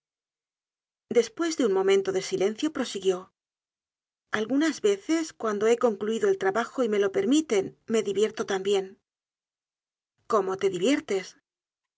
despues de un momento de silencio prosiguió algunas veces cuando he concluido el trabajo y me lo permiten me divierto tambien cómo te diviertes